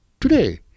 Today